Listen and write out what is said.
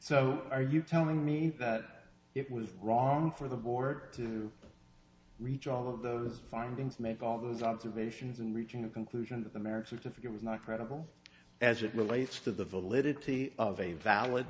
so are you telling me that it was wrong for the board to reach all of those findings made all those observations and reaching a conclusion that the marriage certificate was not credible as it relates to the validity of a valid